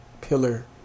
pillar